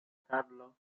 carlo